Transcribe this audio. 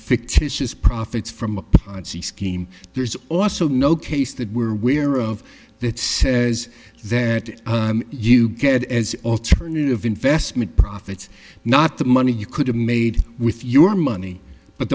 fictitious profits from a ponzi scheme there's also no case that we're aware of that says that you get as alternative investment profits not the money you could have made with your money but